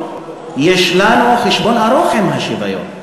יש לנו חשבון ארוך עם השוויון.